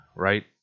Right